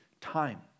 time